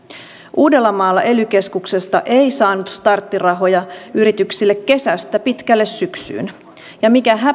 uudellamaalla ely keskuksesta ei saanut starttirahoja yrityksille kesästä pitkälle syksyyn ja mikä häpeällisintä